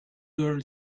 girl